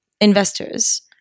investors